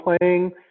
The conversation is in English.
playing